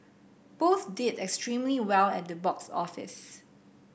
both did extremely well at the box office